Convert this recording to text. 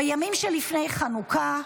בימים שלפני חנוכה,